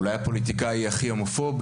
אולי הפוליטיקאי הכי הומופוב,